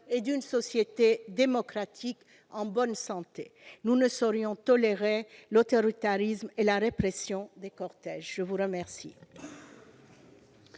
et d'une société démocratique en bonne santé, nous ne saurions tolérer l'autoritarisme et la répression des cortèges ! Je suis saisi